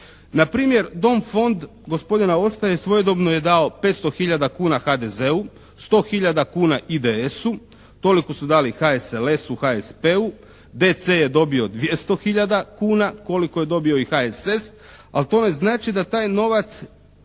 Npr., Dom fond gospodina Ostaje svojedobno je dao 500 hiljada kuna HDZ-u, 100 hiljada kuna IDS-u, toliko su dali HSLS-u, HSP-u, DC je dobio 200 hiljada kuna, koliko je dobio i HSS, ali to ne znači da taj novac